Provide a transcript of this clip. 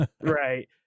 right